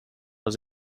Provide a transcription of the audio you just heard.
was